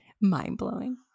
mind-blowing